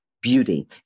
beauty